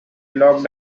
locked